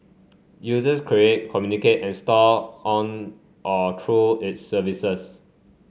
users create communicate and store on or through its services